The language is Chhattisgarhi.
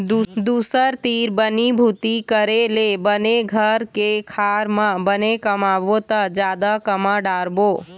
दूसर तीर बनी भूती करे ले बने घर के खार म बने कमाबो त जादा कमा डारबो